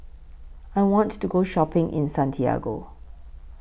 I want to Go Shopping in Santiago